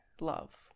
Love